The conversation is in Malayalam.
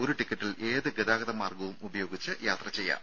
ഒരു ടിക്കറ്റിൽ ഏത് ഗതാഗത മാർഗ്ഗവും ഉപയോഗിച്ച് യാത്ര ചെയ്യാം